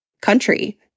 country